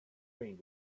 ring